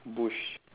bush